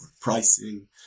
pricing